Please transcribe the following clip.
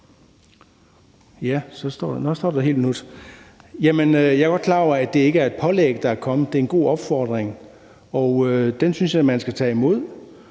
Jeg er godt klar over, at det ikke er et pålæg, der er kommet. Det er en god opfordring, og den synes jeg man skal tage imod.